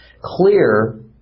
clear